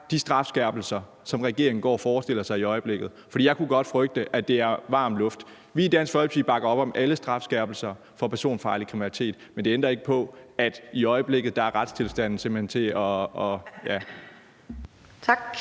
de strafskærpelser, som regeringen går og forestiller sig i øjeblikket, er? For jeg kunne godt frygte, at det er varm luft. Vi i Dansk Folkeparti bakker op om alle strafskærpelser for personfarlig kriminalitet, men det ændrer ikke på, at i øjeblikket er retstilstanden simpelt hen til at ... ja.